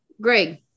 Greg